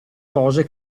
cose